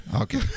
Okay